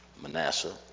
Manasseh